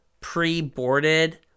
pre-boarded